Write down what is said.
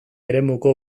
eremuko